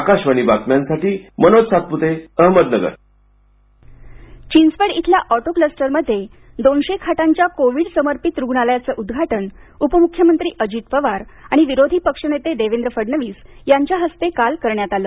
आकाशवाणी बातम्यांसाठी मनोज सातपूते अहमदनगर चिंचवड चिंचवड इथल्या ऑटो क्लस्टरमध्ये दोनशे खाटांच्या कोविड समर्पित रुग्णालयाचं उद्घाटन उपमूख्यमंत्री अजित पवार आणि विरोधी पक्षनेते देवेंद्र फडणवीस यांच्या हस्ते काल करण्यात आलं